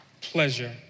pleasure